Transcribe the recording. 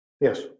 Yes